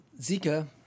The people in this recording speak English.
Zika